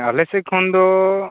ᱟᱞᱮᱥᱮᱫ ᱠᱷᱚᱱ ᱫᱚ